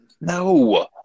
No